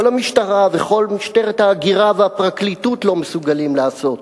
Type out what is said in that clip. כל המשטרה וכל משטרת ההגירה והפרקליטות לא מסוגלות לעשות.